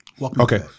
Okay